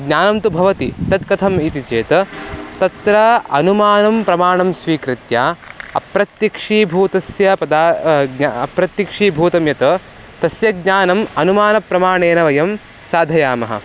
ज्ञानं तु भवति तत् कथम् इति चेत् तत्र अनुमानं प्रमाणं स्वीकृत्य अप्रत्यक्षीभूतस्य पदस्य अप्रत्यक्षीभूतं यत् तस्य ज्ञानम् अनुमानप्रमाणेन वयं साधयामः